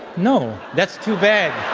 no? that's too bad.